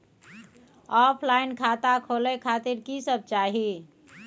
Offline खाता खोले खातिर की सब चाही?